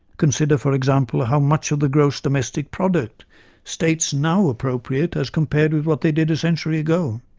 consider, for example, how much of the gross domestic product states now appropriate, as compared with what they did a century ago.